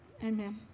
Amen